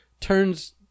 turns